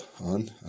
on